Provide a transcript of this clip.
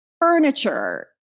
furniture